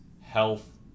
health